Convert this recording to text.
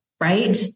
Right